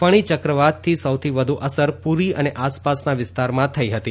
ફણી ચક્રવાતની સૌથી વધુ અસર પુરી અને આસપાસના વિસ્તારમાં થઇ હતી